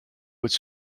its